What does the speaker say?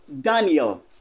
Daniel